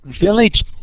village